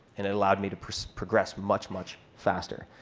and it allowed me to progress much, much faster.